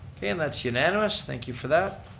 okay, and that's unanimous, thank you for that.